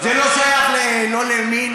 זה לא שייך לא למין,